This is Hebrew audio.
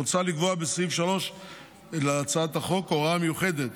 מוצע לקבוע בסעיף 3 להצעת החוק הוראה מיוחדת